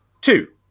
Two